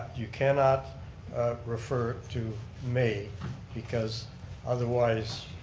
you cannot refer to may because otherwise.